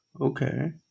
Okay